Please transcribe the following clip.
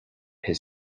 his